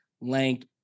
length